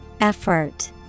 Effort